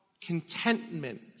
contentment